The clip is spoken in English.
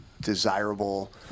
desirable